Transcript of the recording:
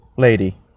lady